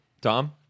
Tom